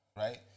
Right